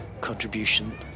contribution